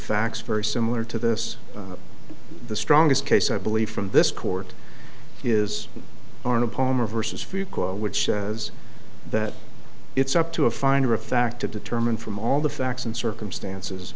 facts very similar to this the strongest case i believe from this court is arnold palmer versus fuqua which is that it's up to a finder of fact to determine from all the facts and circumstances